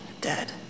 dead